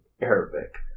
Arabic